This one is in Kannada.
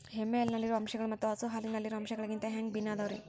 ಎಮ್ಮೆ ಹಾಲಿನಲ್ಲಿರೋ ಅಂಶಗಳು ಮತ್ತ ಹಸು ಹಾಲಿನಲ್ಲಿರೋ ಅಂಶಗಳಿಗಿಂತ ಹ್ಯಾಂಗ ಭಿನ್ನ ಅದಾವ್ರಿ?